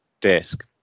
desk